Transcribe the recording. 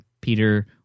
peter